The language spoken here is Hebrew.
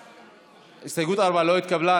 הסתייגות 4 לא התקבלה.